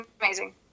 amazing